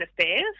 affairs